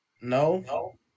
no